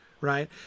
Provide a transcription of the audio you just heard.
right